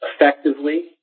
effectively